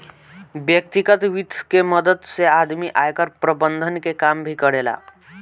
व्यतिगत वित्त के मदद से आदमी आयकर प्रबंधन के काम भी करेला